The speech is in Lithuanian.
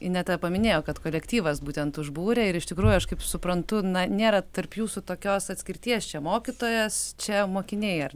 ineta paminėjo kad kolektyvas būtent užbūrė ir iš tikrųjų aš kaip suprantu na nėra tarp jūsų tokios atskirties čia mokytojas čia mokiniai ar